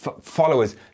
Followers